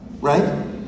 Right